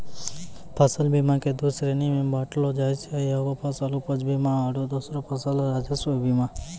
फसल बीमा के दु श्रेणी मे बाँटलो जाय छै एगो फसल उपज बीमा आरु दोसरो फसल राजस्व बीमा